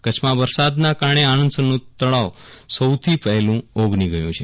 કચ્છમાં વરસાદના કારણે આનાદ્સરનું તળાવ સૌથી પહેલું ઓગની ગયું છે